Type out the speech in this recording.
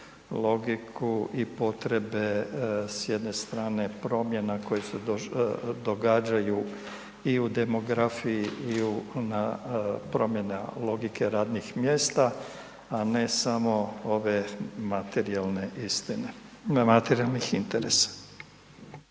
logiku i potrebe s jedne strane promjena koje se događaju i u demografiji i u na promjena logike radnih mjesta, a ne samo ove materijalne istine, materijalnih interesa.